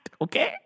Okay